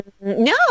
No